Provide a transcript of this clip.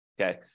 Okay